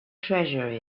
treasure